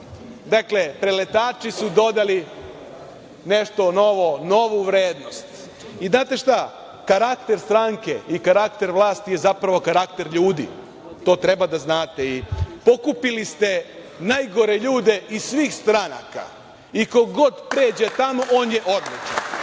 Dakle, preletači su dodali nešto novo, novu vrednost. Znate šta, karakter stranke i karakter vlasti je zapravo karakter ljudi. To treba da znate. Pokupili ste najgore ljude iz svih stranaka. I ko god pređe tamo, on je odličan.